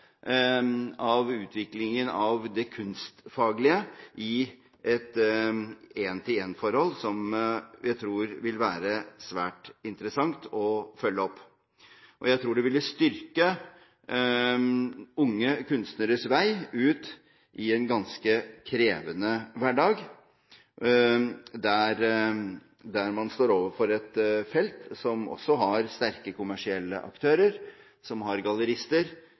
av utviklingen av det kunstfaglige i et en-til-en-forhold, som jeg tror vil være svært interessant å følge opp. Jeg tror det ville styrke unge kunstneres vei ut i en ganske krevende hverdag der man står overfor et felt som også har sterke kommersielle aktører, som har gallerister,